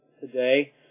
today